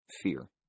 fear